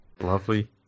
Lovely